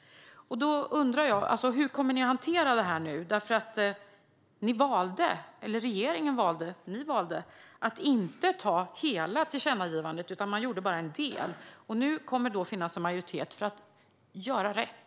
Då undrar jag: Hur kommer ni att hantera detta nu? Regeringen valde - ni valde - att inte ta hela tillkännagivandet, utan gjorde bara en del. Nu kommer det att finnas en majoritet för att man ska göra rätt.